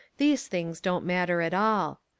these things don't matter at all.